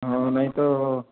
ହଁ ନାଇଁ ତ